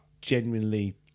genuinely